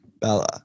Bella